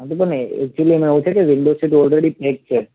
હા તો તમે એકચુંલી એમાં એવું છે કે વિન્ડો સીટ ઓલરેડી પેક છે